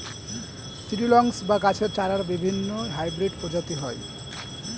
seedlings বা গাছের চারার বিভিন্ন হাইব্রিড প্রজাতি হয়